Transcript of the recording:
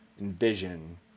envision